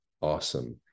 awesome